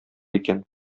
икән